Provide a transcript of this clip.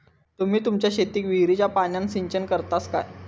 तुम्ही तुमच्या शेतीक विहिरीच्या पाण्यान सिंचन करतास काय?